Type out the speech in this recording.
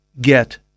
get